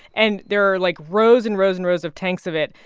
and there are, like, rows and rows and rows of tanks of it.